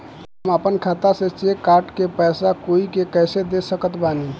हम अपना खाता से चेक काट के पैसा कोई के कैसे दे सकत बानी?